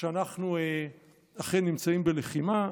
שאנחנו אכן נמצאים בלחימה.